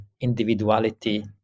individuality